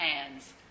hands